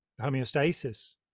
homeostasis